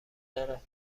دارد